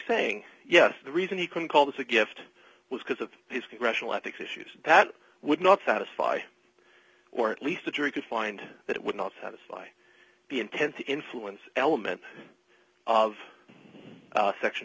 saying yes the reason he can call this a gift was because of his congressional ethics issues that would not satisfy or at least the jury could find that it would not satisfy the intent to influence element of section